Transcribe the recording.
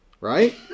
Right